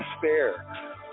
despair